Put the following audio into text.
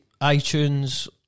iTunes